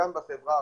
גם בחברה הערבית.